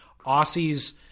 Aussie's